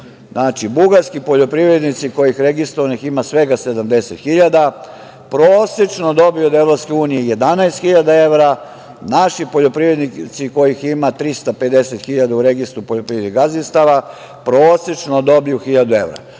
evra. Znači, bugarski poljoprivrednici kojih registrovanih ima svega 70.000 prosečno dobiju od EU 11.000 evra. Naši poljoprivrednici kojih ima 350.000 u Registru poljoprivrednih gazdinstava prosečno dobiju 1.000 evra.